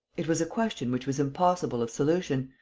it was a question which was impossible of solution,